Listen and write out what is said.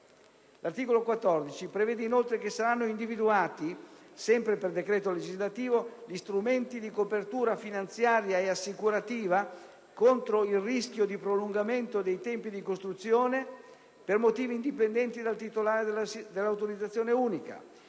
L'articolo 14 prevede inoltre che saranno individuati, sempre per decreto legislativo, gli strumenti di copertura finanziaria e assicurativa contro il rischio di prolungamento dei tempi di costruzione per motivi indipendenti dal titolare dell'autorizzazione unica.